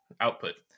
output